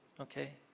Okay